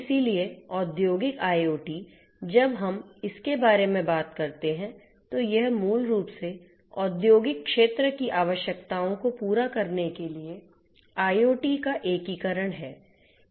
इसलिए औद्योगिक IoT जब हम इसके बारे में बात करते हैं तो यह मूल रूप से औद्योगिक क्षेत्र की आवश्यकताओं को पूरा करने के लिए IoT का एकीकरण है